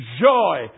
joy